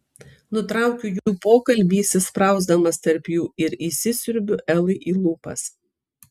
nutraukiu jų pokalbį įsisprausdamas tarp jų ir įsisiurbiu elai į lūpas